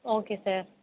okay sir